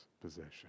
possession